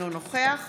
אינו נוכח